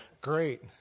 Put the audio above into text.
great